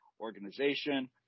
organization